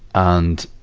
and,